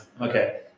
okay